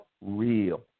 real